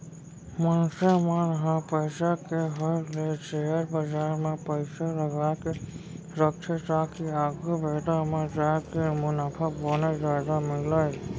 मनसे मन ह पइसा के होय ले सेयर बजार म पइसा लगाके रखथे ताकि आघु बेरा म जाके मुनाफा बने जादा मिलय